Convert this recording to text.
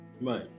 right